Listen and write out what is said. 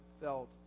felt